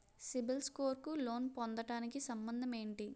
CIBIL score కు loan పొందటానికి సంబంధం ఏంటి?